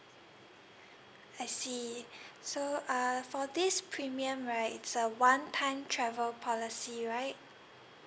I see so uh for this premium right it's a one time travel policy right